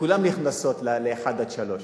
כולן נכנסות ל-1 3,